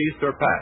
surpassed